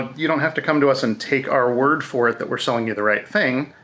you don't have to come to us and take our word for it that we're selling you the right thing.